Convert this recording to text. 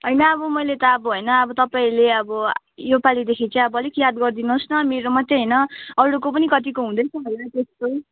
होइन अब मैले त अब होइन अब तपाईँले अब योपालिदेखि चाहिँ अब अलिक याद गरिदिनुहोस् न मेरो मात्रै होइन अरूको पनि कतिको हुँदैछ होला त्यस्तो